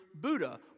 Buddha